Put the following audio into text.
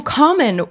common